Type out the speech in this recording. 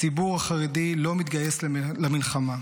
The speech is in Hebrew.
הציבור החרדי לא מתגייס למלחמה.